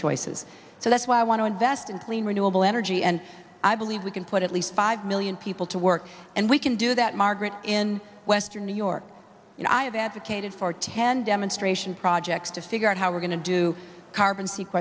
choices so that's why i want to invest in clean renewable energy and i believe we can put at least five million people to work and we can do that margaret in western new york and i have advocated for ten demonstration projects to figure out how we're going to do carbon